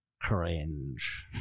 Cringe